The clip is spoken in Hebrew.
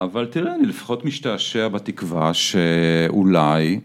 אבל תראה, אני לפחות משתעשע בתקווה שאולי...